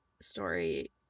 story